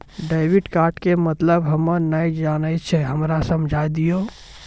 Debit card के मतलब हम्मे नैय जानै छौ हमरा समझाय दियौ?